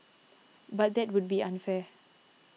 but that would be unfair